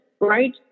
Right